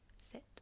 sit